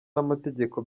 n’amategeko